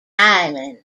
islands